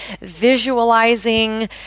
visualizing